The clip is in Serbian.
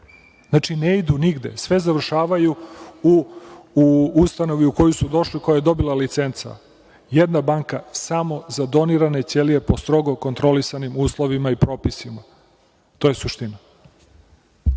Znači, ne idu nigde. Sve završavaju u ustanovi u koju su došli, koja je dobila licencu. Jedna banka samo za donirane ćelije po strogoj kontrolisanim uslovima i propisima. To je suština.